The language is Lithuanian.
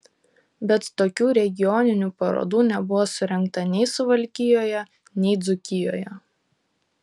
bet tokių regioninių parodų nebuvo surengta nei suvalkijoje nei dzūkijoje